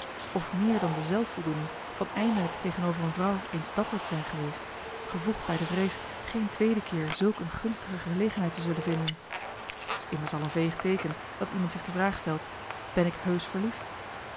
of meer dan de zelfvoldoening van eindelijk tegenover een vrouw eens dapper te zijn geweest gevoegd bij de vrees geen tweede keer zulk een gunstige gelegenheid te zullen vinden t is immers al een veeg teeken dat iemand zich de vraag stelt ben ik heusch verliefd